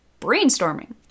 Brainstorming